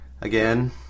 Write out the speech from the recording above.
again